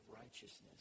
righteousness